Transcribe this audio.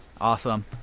Awesome